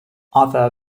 other